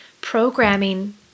programming